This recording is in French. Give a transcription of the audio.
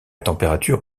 température